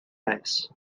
ice